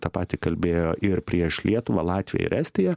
tą patį kalbėjo ir prieš lietuvą latviją ir estiją